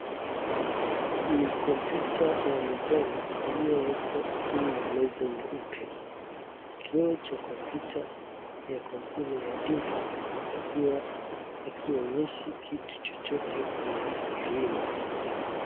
Ni kompyuta ya mezani iliyo wekwa juu ya meza nyeupe. Kioo cha kompyuta ya kampuni ya Deli ikiwa hakionyeshi kitu chochote kwenye scren .